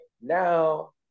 now